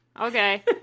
Okay